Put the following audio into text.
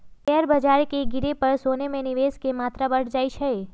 share बाजार के गिरे पर सोना में निवेश के मत्रा बढ़ जाइ छइ